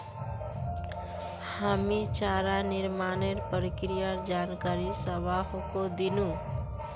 हामी चारा निर्माणेर प्रक्रियार जानकारी सबाहको दिनु